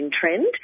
trend